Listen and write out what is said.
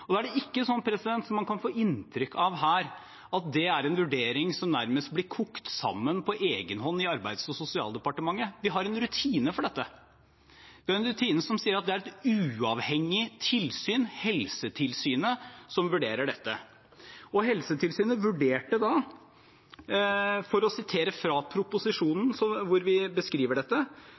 ikke sånn, som man kan få inntrykk av her, at det er en vurdering som nærmest blir kokt sammen på egen hånd i Arbeids- og sosialdepartementet. Vi har en rutine for dette. Vi har en rutine som sier at det er et uavhengig tilsyn, Helsetilsynet, som vurderer dette. Og Helsetilsynet vurderte da, for å sitere fra proposisjonen hvor vi beskriver dette,